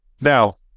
Now